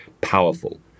powerful